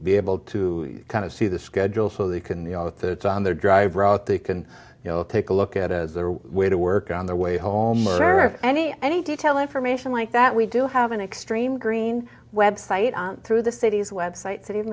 be able to kind of see the schedule so they can the out that it's on their drive route they can take a look at it as their way to work on their way home or of any any detailed information like that we do have an extreme green website on through the city's website city of